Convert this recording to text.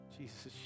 Jesus